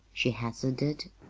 she hazarded.